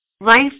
Life